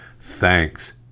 Thanks